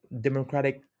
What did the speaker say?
democratic